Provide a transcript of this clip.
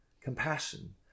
compassion